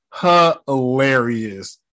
hilarious